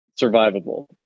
survivable